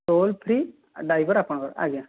toll free driver ଆପଣଙ୍କର ଆଜ୍ଞା